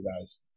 guys